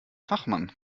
fachmann